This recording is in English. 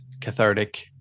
cathartic